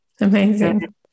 amazing